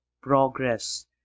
progress